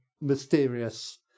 mysterious